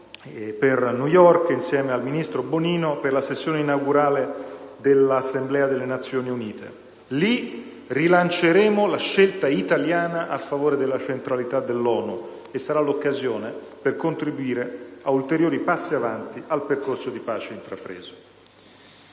per New York, insieme al ministro Bonino, per la sessione inaugurale dell'Assemblea delle Nazioni Unite. Lì rilanceremo la scelta italiana a favore della centralità dell'ONU, e sarà l'occasione per contribuire a ulteriori passi avanti nel percorso di pace intrapreso.